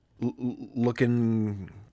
Looking